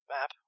Map